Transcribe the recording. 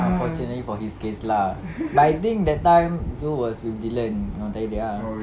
unfortunately for his case lah but I think that time zul was with dylan dengan mata air dia ah